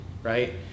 Right